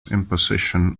imposition